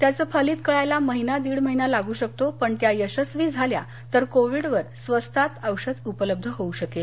त्यांचं फलित कळायला महिना दीड महिना लागू शकतो पण त्या यशस्वी झाल्या तर कोविड वर स्वस्तात औषध उपलब्ध होऊ शकेल